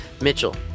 Mitchell